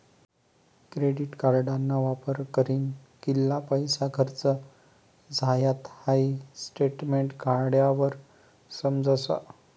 credit कार्डना वापर करीन कित्ला पैसा खर्च झायात हाई स्टेटमेंट काढावर समजस